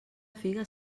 figues